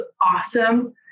awesome